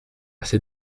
ces